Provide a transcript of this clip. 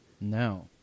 no